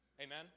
Amen